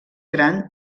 gran